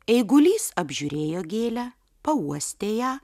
eigulys apžiūrėjo gėlę pauostė ją